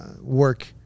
work